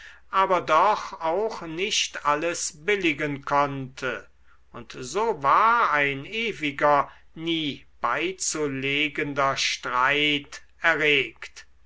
aber doch auch nicht alles billigen konnte und so war ein ewiger nie beizulegender streit erregt